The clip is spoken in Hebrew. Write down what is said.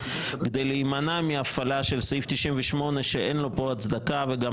כדי להימנע מהפעלה של סעיף 98 שאין לו כאן הצדקה וגם